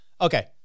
Okay